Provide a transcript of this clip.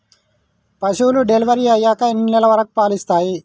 పశువులు డెలివరీ అయ్యాక ఎన్ని నెలల వరకు పాలు ఇస్తాయి?